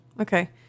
Okay